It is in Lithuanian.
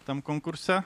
tam konkurse